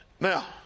Now